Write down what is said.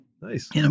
Nice